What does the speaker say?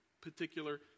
particular